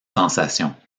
sensation